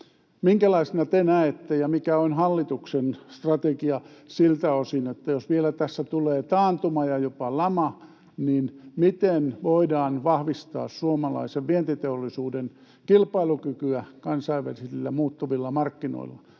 Minkälaisena te näette ja mikä on hallituksen strategia siltä osin, että jos vielä tässä tulee taantuma ja jopa lama, niin miten voidaan vahvistaa suomalaisen vientiteollisuuden kilpailukykyä kansainvälisillä muuttuvilla markkinoilla?